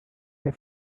they